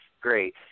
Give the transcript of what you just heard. great